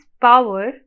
power